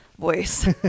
voice